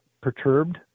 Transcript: perturbed